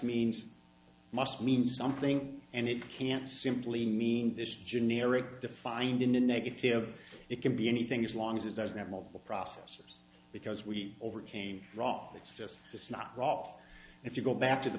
means must mean something and it can't simply mean this generic defined in a negative it can be anything as long as it doesn't have multiple processors because we overcame rough it's just this knock off if you go back to the